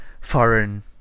foreign